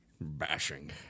bashing